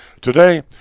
Today